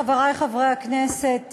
חברי חברי הכנסת,